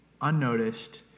unnoticed